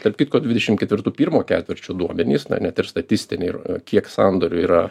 tarp kitko dvidešimt ketvirtų pirmo ketvirčio duomenys na net ir statistinė ir kiek sandorių yra